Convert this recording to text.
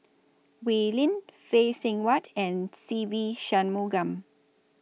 Oi Lin Phay Seng Whatt and Se Ve Shanmugam